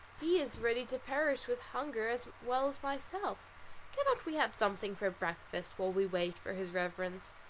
he is ready to perish with hunger as well as myself cannot we have something for breakfast, while we wait for his reverence?